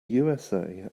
usa